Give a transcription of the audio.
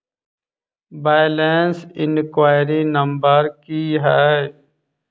Balance enquiry number की है?